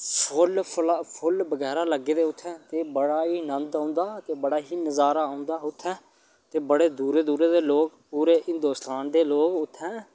फुल फुल बगैरा लग्गे दे उ'त्थें ते बड़ा ई नंद औंदा बड़ा ही नजारा औंदा उ'त्थें ते बड़े दूरै दूरै दे लोक पूरे हिंदुस्तान दे लोक उ'त्थें